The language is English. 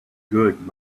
good